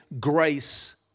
grace